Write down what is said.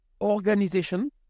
organization